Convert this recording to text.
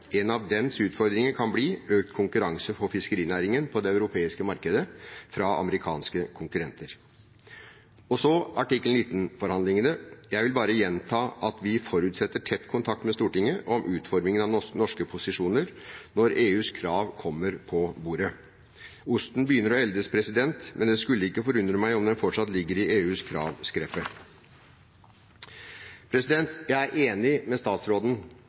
en mulig TTIP-avtale. En av dens utfordringer kan bli økt konkurranse for fiskerinæringen på det europeiske markedet fra amerikanske konkurrenter. Og så artikkel 19-forhandlingene: Jeg vil bare gjenta at vi forutsetter tett kontakt med Stortinget om utformingen av norske posisjoner når EUs krav kommer på bordet. Osten begynner å eldes, men det skulle ikke forundre meg om den fortsatt ligger i EUs kravskreppe. Jeg er enig med statsråden